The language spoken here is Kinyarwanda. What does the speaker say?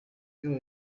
bimwe